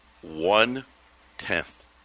one-tenth